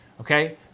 Okay